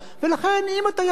ולכן אם אתה יכול,